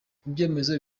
ibyemezo